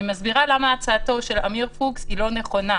אני מסבירה למה הצעתו של עמיר פוקס לא נכונה.